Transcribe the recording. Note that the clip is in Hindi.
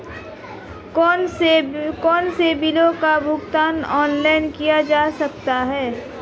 कौनसे बिलों का भुगतान ऑनलाइन किया जा सकता है?